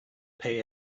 pay